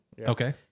Okay